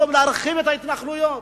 במקום להרחיב את ההתנחלויות.